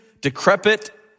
decrepit